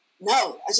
No